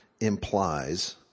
implies